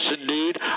indeed